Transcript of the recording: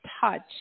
touch